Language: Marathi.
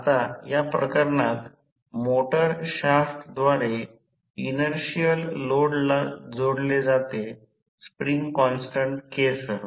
आता या प्रकरणात मोटर शाफ्टद्वारे इनर्शिअल लोडला जोडले जाते स्प्रिंग कॉन्स्टन्ट K सह